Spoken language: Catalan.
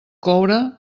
coure